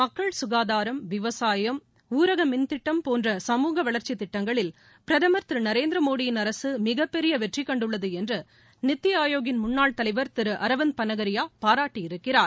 மக்கள் சுகாதாரம் விவசாயம் ஊரகமின்திட்டம் போன்ற சமூக வளர்ச்சித் திட்டங்களில் பிரதமர் திருமோடியின் அரசுமிகப்பெரியவெற்றிகண்டுள்ளதுஎன்றுநித்திஆயோக்கின் முன்னாள் தலைவர் திருஅரவிந்த் பனகிரியாபாராட்டியிருக்கிறார்